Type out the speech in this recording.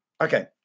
Okay